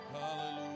Hallelujah